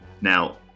Now